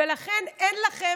ולכן אין לכם,